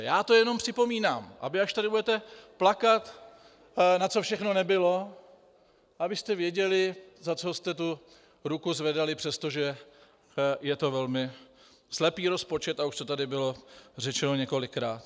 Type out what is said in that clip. Já to jenom připomínám, aby až tady budete plakat, na co všechno nebylo, abyste věděli, za co jste tu ruku zvedali, přestože je to velmi slepý rozpočet, a už to tady bylo řečeno několikrát.